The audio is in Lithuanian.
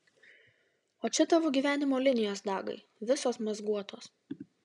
o čia tavo gyvenimo linijos dagai visos mazguotos